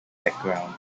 background